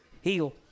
Heal